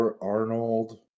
Arnold